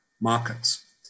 markets